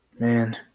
Man